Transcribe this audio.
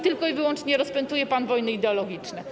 Tylko i wyłącznie rozpętuje pan wojny ideologiczne.